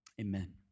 amen